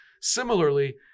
Similarly